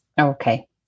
Okay